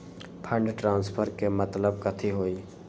Fund transfer के मतलब कथी होई?